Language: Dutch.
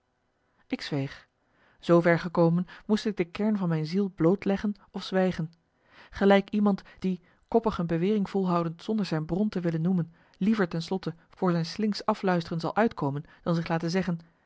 ik zweeg zoover gekomen moest ik de kern van mijn ziel blootleggen of zwijgen gelijk iemand die koppig een bewering volhoudend zonder zijn bron te willen noemen liever ten slotte voor zijn slinksch afluisteren zal uitkomen dan zich laten zeggen